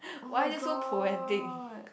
oh-my-god